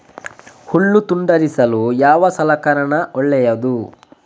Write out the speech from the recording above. ಹುಲ್ಲು ತುಂಡರಿಸಲು ಯಾವ ಸಲಕರಣ ಒಳ್ಳೆಯದು?